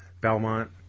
Belmont